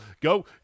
Go